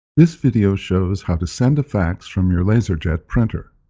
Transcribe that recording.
this video shows how to send a fax from your laserjet printer.